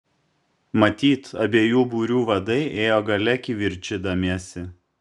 matyt abiejų būrių vadai ėjo gale kivirčydamiesi